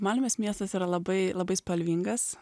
malmės miestas yra labai labai spalvingas